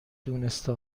دونسته